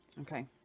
Okay